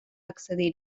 accedir